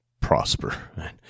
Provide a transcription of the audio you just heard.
prosper